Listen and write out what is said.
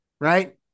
Right